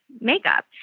makeup